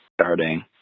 starting